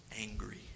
angry